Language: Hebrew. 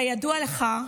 כידוע לך,